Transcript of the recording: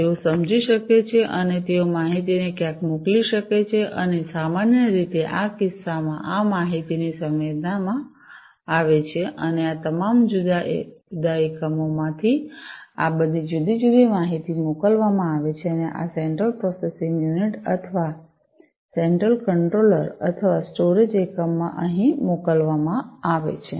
તેઓ સમજી શકે છે અને તેઓ માહિતીને ક્યાંક મોકલી શકે છે અને સામાન્ય રીતે આ કિસ્સામાં આ માહિતીની સંવેદના આવે છે અને આ તમામ જુદા જુદા એકમોમાંથી આ બધી જુદી માહિતી મોકલવામાં આવે છે અને આ સેન્ટ્રલ પ્રોસેસિંગ યુનિટ અથવા સેન્ટ્રલ કંટ્રોલર અથવા સ્ટોરેજ એકમ માં અહીં મોકલવામાં આવે છે